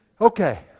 Okay